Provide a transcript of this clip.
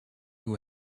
who